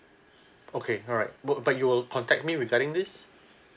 okay alright but but you will contact me regarding this